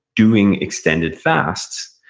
doing extended fasts.